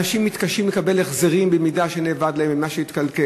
אנשים מתקשים לקבל החזרים במידה שאבד להם "רב-קו" או התקלקל,